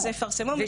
אז יפרסמו, מצוין.